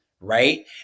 right